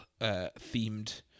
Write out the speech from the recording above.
themed